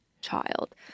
child